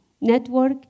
network